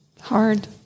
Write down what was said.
Hard